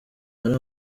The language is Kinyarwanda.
hari